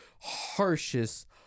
harshest